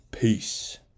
Peace